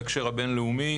בהקשר הבין-לאומי,